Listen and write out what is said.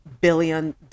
billion